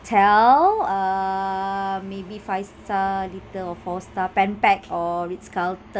hotel err maybe five star little or four star pan pac or ritz carlton